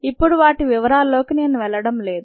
ఇప్పడు వాటి వివరాల్లోకి నేను వెళ్లడం లేదు